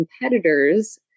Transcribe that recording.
competitors